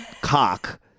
cock